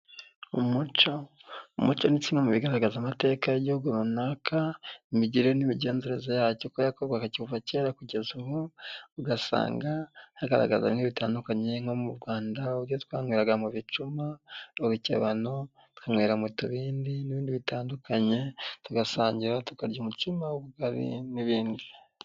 Umuco, umuco ni kimwe mu bigaragaza amateka y'igihugu runaka, imigirire n'imigenzereze yacyo uko yakorwaga kuva kera kugeza ubu, ugasanga hagaragazwa nk'ibitandukanye nko mu Rwanda, uburyo twanyweraga mu bicuma, mu bikebano, tukanywera mu tubindi n'ibindi bitandukanye, tugasangira, tukarya umutsima w'ubugari n'ibindi.